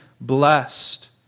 blessed